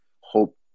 hope